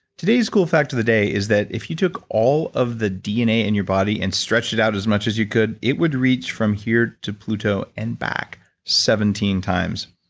today's cool fact of the day is that if you took all of the dna in your body and stretch it out as much as you could, it would reach from here to pluto and back seventeen times.